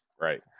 right